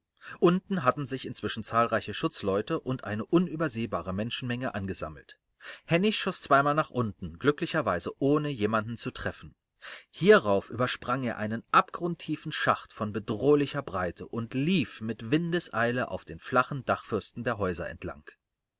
unten hatten sich inzwischen zahlreiche schutzleute und eine unübersehbare menschenmenge angesammelt hennig schoß zweimal nach unten glücklicherweise ohne jemanden zu treffen hierauf übersprang er einen abgrundtiefen schacht von bedrohlicher breite und lief mit windeseile auf den flachen dachfirsten der häuser entlang